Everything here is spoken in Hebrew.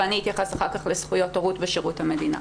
ואני אתייחס אחר כך לזכויות הורות בשירות המדינה.